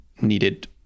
needed